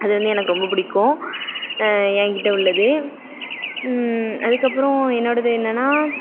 அது வந்து எனக்கு ரொம்ப பிடிக்கும் எங்கிட்ட உள்ளது அதுக்கப்புறம் என்னோடயது என்னன்னால்